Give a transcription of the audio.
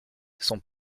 sont